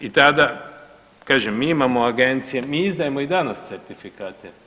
I tada, kažem mi imamo agencije, mi izdajemo i danas certifikate.